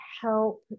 help